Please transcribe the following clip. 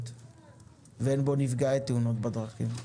שאין בו נפגעי תאונות דרכים.